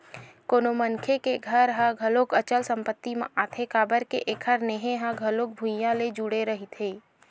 कोनो मनखे के घर ह घलो अचल संपत्ति म आथे काबर के एखर नेहे ह घलो भुइँया ले जुड़े रहिथे